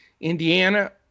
Indiana